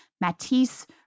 Matisse